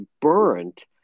burnt